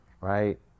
right